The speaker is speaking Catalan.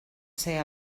ser